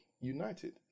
united